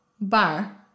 bar